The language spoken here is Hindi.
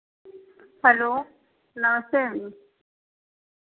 हलो नमस्ते मैम